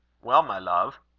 well, my love,